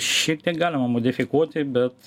šiek tiek galima modifikuoti bet